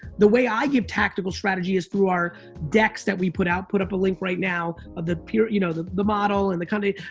the way i give tactical strategy is through our decks that we put out, put up a link right now, of the you know the motto and the company,